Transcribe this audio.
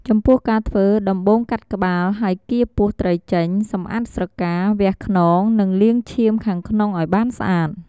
ចំពោះការធ្វើ ដំបូងកាត់ក្បាល ហើយកៀរពោះត្រីចេញ សម្អាតស្រកា វះខ្នង និងលាងឈាមខាងក្នុងឱ្យបានស្អាត។